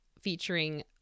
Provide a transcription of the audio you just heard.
featuring